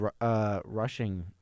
rushing